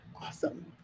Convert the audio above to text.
awesome